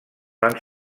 van